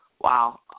Wow